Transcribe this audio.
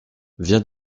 viens